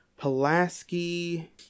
Pulaski